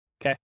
Okay